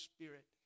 Spirit